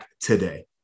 today